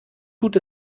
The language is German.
tut